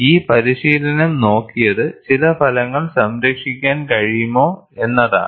ഈ പരിശീലനം നോക്കിയത് ചില ഫലങ്ങൾ സംരക്ഷിക്കാൻ കഴിയുമോ എന്നതാണ്